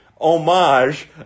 homage